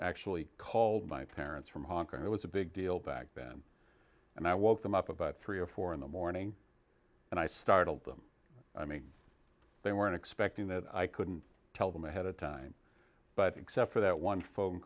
actually called my parents from hong kong it was a big deal back then and i woke them up about three or four in the morning and i startled them i mean they weren't expecting that i couldn't tell them ahead of time but except for that one phone